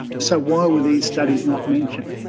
so why were these studies not mentioned?